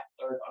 third